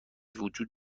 وجود